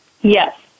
Yes